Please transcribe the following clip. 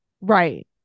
Right